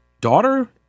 Daughter